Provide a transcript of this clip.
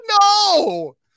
no